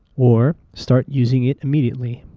or start using it immediately.